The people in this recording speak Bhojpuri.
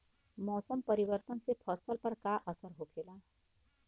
मौसम परिवर्तन से फसल पर का असर होखेला?